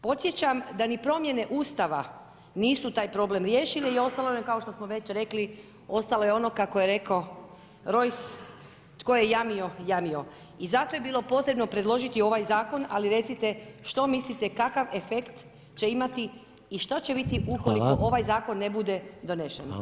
Podsjećam da ni promjene Ustava nisu taj problem riješile i ostalo nam je kao što već rekli, ostalo je ono kako je rekao Rojs, „Tko je jamio, jamio“, i zato je bilo potrebno predložiti ovak zakon ali recite, što mislite kakav efekt će imati i što će biti ukoliko ovaj zakon ne bude donesen?